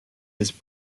his